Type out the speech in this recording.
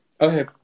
Okay